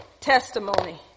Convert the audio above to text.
testimony